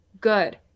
good